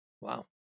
Wow